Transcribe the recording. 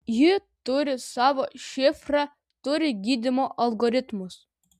ji turi savo šifrą turi gydymo algoritmus